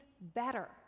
better